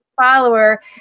follower